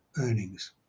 earnings